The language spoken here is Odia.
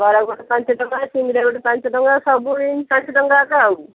ବରା ଗୋଟେ ପାଞ୍ଚଟଙ୍କା ସିଙ୍ଗେଡ଼ା ଗୋଟେ ପାଞ୍ଚଟଙ୍କା ସବୁ ଏଇ ପାଞ୍ଚଟଙ୍କାର ଆଉ